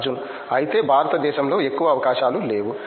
అర్జున్ అయితే భారతదేశంలో ఎక్కువ అవకాశాలు లేవు